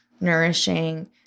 nourishing